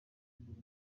mbere